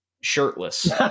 Shirtless